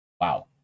wow